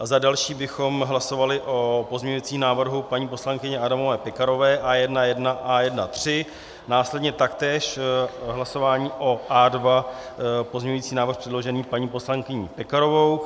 Za další bychom hlasovali o pozměňujícím návrhu paní poslankyně Adamové Pekarové A1.1, A1.3, následně taktéž hlasování o A2 pozměňující návrh předložený paní poslankyní Pekarovou.